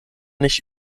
nicht